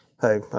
Hey